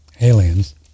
aliens